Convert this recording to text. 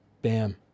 Bam